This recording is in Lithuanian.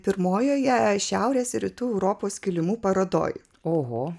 pirmojoje šiaurės rytų europos kilimų parodoj oho